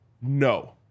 No